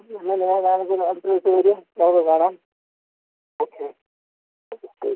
എന്നാൽ ഞാൻ നാളേക്ക് ഞാൻ തൃശ്ശൂർ നമുക്ക് കാണാം ഓക്കെ ഓക്കെ ശരി